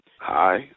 Hi